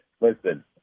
listen